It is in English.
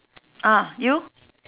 ah you